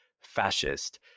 fascist